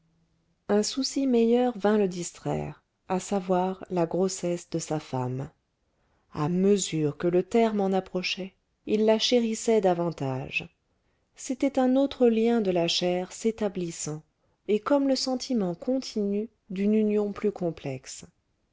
un souci meilleur vint le distraire à savoir la grossesse de sa femme à mesure que le terme en approchait il la chérissait davantage c'était un autre lien de la chair s'établissant et comme le sentiment continu d'une union plus complexe